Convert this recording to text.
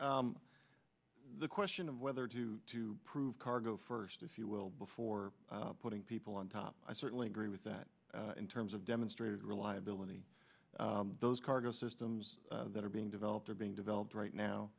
you the question of whether to to prove cargo first if you will before putting people on top i certainly agree with that in terms of demonstrated reliability those cargo systems that are being developed are being developed right now